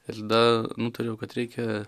ir tada nutariau kad reikia